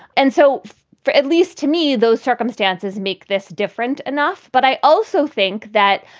and so for at least to me, those circumstances make this different enough. but i also think that,